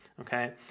okay